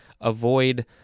avoid